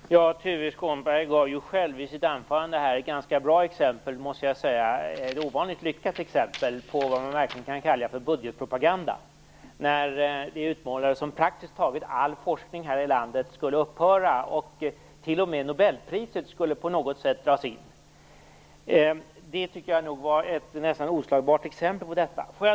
Fru talman! Tuve Skånberg gav ju själv i sitt anförande ett ovanligt lyckat exempel, måste jag säga, på vad man verkligen kan kalla för budgetpropaganda. Det utmålas att praktiskt taget all forskning här i landet skulle upphöra - t.o.m. nobelpriset skulle på något sätt dras in. Det tycker jag var ett nästan oslagbart exempel på detta.